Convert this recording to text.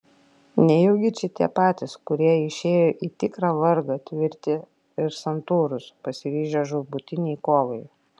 nejaugi čia tie patys kurie išėjo į tikrą vargą tvirti ir santūrūs pasiryžę žūtbūtinei kovai